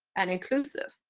and inclusive,